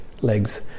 legs